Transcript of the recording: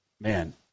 man